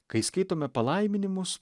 kai skaitome palaiminimus